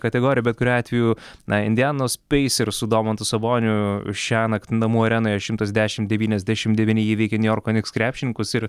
kategorijoj bet kuriuo atveju na indianos peisers su domantu saboniu šiąnakt namų arenoje šimtas dešim devyniasdešim devyni įveikė niujorko niks krepšininkus ir